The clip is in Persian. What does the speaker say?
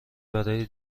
برای